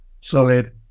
solid